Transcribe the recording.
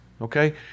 Okay